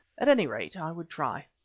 at any rate, i would try.